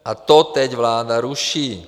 A to teď vláda ruší.